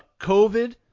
covid